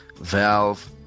Valve